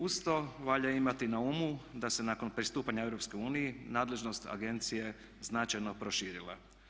Uz to valja imati na umu da se nakon pristupanja EU nadležnost agencije značajno proširila.